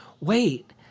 wait